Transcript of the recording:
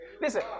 Listen